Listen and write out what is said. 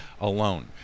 alone